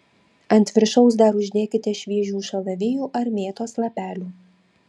ant viršaus dar uždėkite šviežių šalavijų ar mėtos lapelių